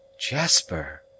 —Jasper